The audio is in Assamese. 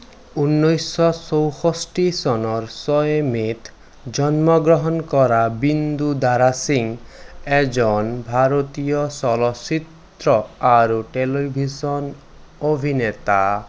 ঊনৈছশ চৌষষ্ঠি চনৰ ছয় মে'ত জন্মগ্ৰহণ কৰা বিন্দু দাৰা সিং এজন ভাৰতীয় চলচ্চিত্ৰ আৰু টেলিভিছন অভিনেতা